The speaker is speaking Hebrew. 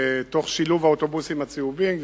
תוך שילוב האוטובוסים הצהובים.